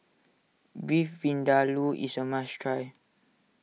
Beef Vindaloo is a must try